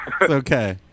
okay